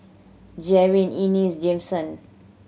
Javen Ennis Jameson